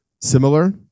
similar